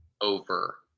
over